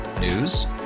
News